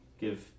give